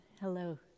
Hello